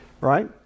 Right